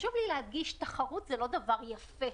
חשוב לי להדגיש שתחרות היא לא דבר יפה,